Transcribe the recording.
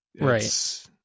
right